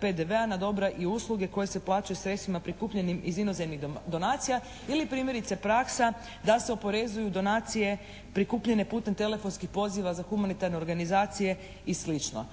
PDB-a na dobra i usluge koje se plaćaju sredstvima prikupljenim iz inozemnih donacija ili primjerice praksa da se oporezuju donacije prikupljene putem telefonskih poziva za humanitarna organizacije i